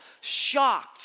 shocked